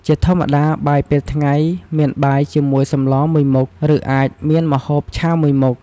ជាធម្មតាបាយពេលថ្ងៃ មានបាយជាមួយសម្លរមួយមុខ ឬ អាចមានម្ហូបឆាមួយមុខ។